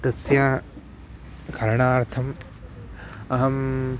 तस्य करणार्थम् अहम्